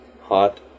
Hot